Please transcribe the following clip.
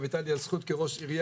הייתה לי הזכות כראש עיר,